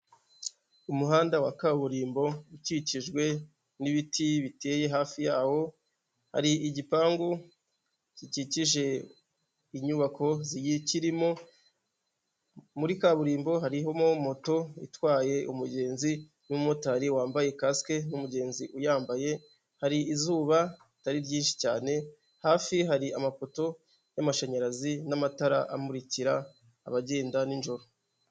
Umuhanda wa kaburimbo ukikijwe n'ibiti biteye hafi yawo, hari igipangu gikikije inyubako zikirimo, muri kaburimbo harimo moto itwaye umugenzi n'umumotari wambaye kaasike n'umugenzi uyambaye, hari izuba ritari ryinshi cyane, hafi hari amafoto y'amashanyarazi n'amatara, amukira abagenda n'injoro.